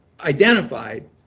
identified